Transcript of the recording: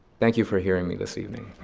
thank you for hearing me this evening.